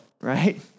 right